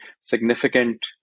significant